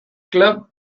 club